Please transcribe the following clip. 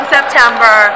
September